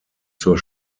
zur